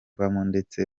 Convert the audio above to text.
ndetse